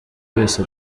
wese